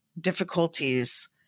difficulties